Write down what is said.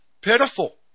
pitiful